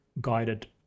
guided